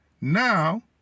Now